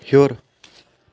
ہیوٚر